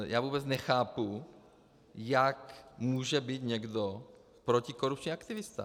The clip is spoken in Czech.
Já vůbec nechápu, jak může být někdo protikorupční aktivista.